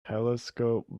telescope